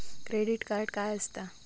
Credit card काय असता?